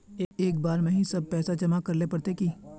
एक बार में ही सब पैसा जमा करले पड़ते की?